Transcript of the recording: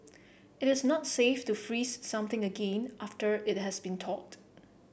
it is not safe to freeze something again after it has been thawed